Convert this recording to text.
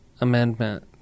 amendment